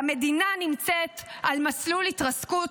כשהמדינה נמצאת על מסלול התרסקות,